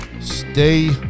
Stay